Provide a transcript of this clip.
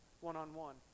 one-on-one